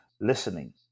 listening